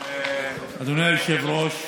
אדוני היושב-ראש,